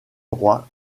droit